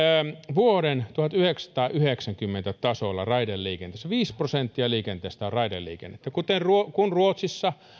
vuoden tuhatyhdeksänsataayhdeksänkymmentä tasolla raideliikenteessä viisi prosenttia liikenteestä on raideliikennettä kun ruotsissa